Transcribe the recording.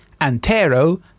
Antero